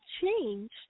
change